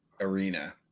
Arena